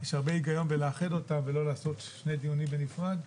יש הרבה היגיון בלאחד אותם ולא לעשות שני דיונים בנפרד.